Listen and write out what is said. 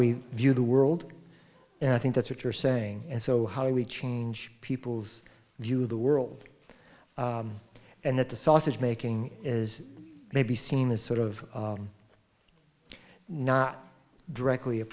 we view the world and i think that's what you're saying and so how do we change people's view of the world and that the sausage making is maybe seen as sort of not directly